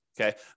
Okay